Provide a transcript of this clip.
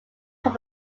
from